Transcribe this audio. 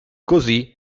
così